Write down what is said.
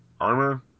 armor